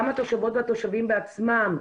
גם התושבות והתושבים בעצמם,